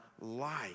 life